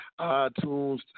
iTunes